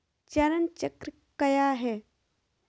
चरण चक्र काया है?